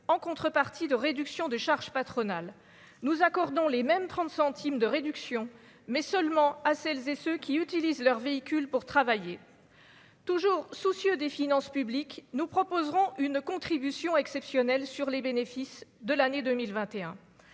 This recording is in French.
en contrepartie de réductions de charges patronales nous accordons les mêmes trente centimes de réduction, mais seulement à celles et ceux qui utilisent leur véhicule pour travailler, toujours soucieux des finances publiques, nous proposerons une contribution exceptionnelle sur les bénéfices de l'année 2021,